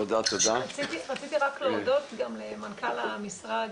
רציתי רק להודות למנכ"ל המשרד,